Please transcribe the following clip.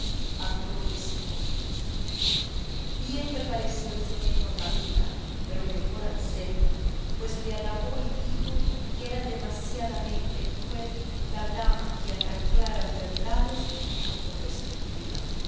a clori sin oídos bien le pareció el soneto a camila pero mejor a anselmo pues le alabó y dijo que era demasiadamente cruel la dama que a tan claras verdades no correspondía